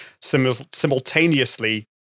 simultaneously